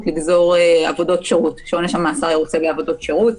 לגזור שעונש המאסר ירוצה בעבודות שירות.